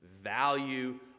value